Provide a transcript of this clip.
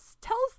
tells